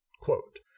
Quote